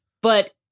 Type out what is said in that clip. But-